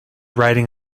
writing